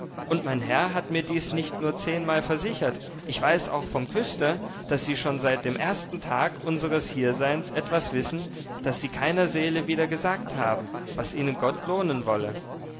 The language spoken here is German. und mein herr hat mir dies nicht nur zehnmal versichert ich weiß auch vom küster daß sie schon seit dem ersten tag unseres hierseins etwas wissen das sie keiner seele wiedergesagt haben was ihnen gott lohnen wolle nun